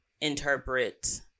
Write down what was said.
interpret